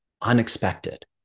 unexpected